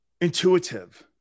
Intuitive